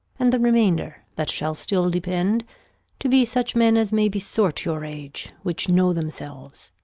and the remainder that shall still depend to be such men as may besort your age, which know themselves,